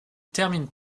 termine